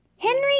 Henry